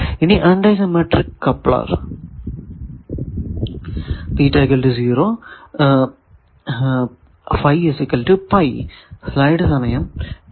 ഇനി anti symmetric coupler